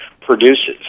produces